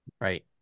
right